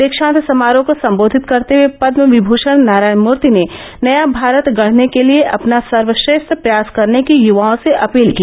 दीक्षांत समारोह को सम्बोधित करते हये पदमविम् ाण नारायण मूर्ति ने नया भारत गढ़ने के लिये अपना सर्वश्रे ठ प्रयास करने की युवाओं से अपील की